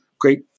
great